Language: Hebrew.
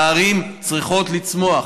והערים צריכות לצמוח.